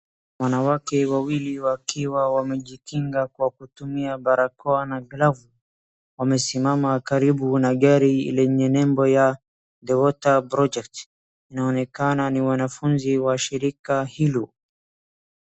Wanawake wawili wakiwa wamejikinga kwa kutumi barakoa na glavu wamesimama karibu na gari lenye nembo ya The water project inaonekna ni wanafunzi wa shirika hilo